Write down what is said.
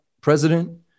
president